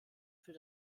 für